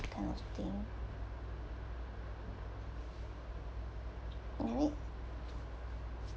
kind of thing you need